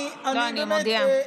לא, אני מודיעה.